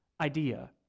idea